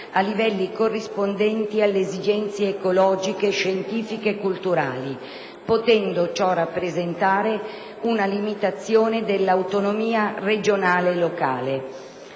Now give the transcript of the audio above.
a livelli corrispondenti alle esigenze ecologiche, scientifiche e culturali, potendo ciò rappresentare una limitazione dell'autonomia regionale e locale.